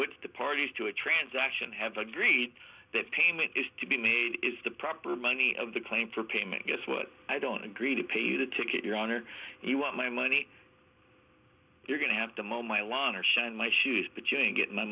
which the parties to a transaction have agreed that payment is to be is the proper money of the claim for payment guess what i don't agree to pay the ticket your honor you want my money you're going to have to mow my lawn or shine my shoes but you ain't getting